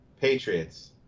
Patriots